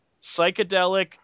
psychedelic